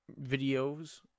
videos